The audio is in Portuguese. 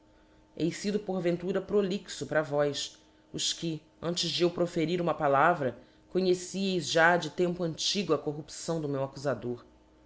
fido porventura prolixo para vós os que antes de eu proferir uma palavra conhecieis já de tempo antigo a corrupção do meu accufador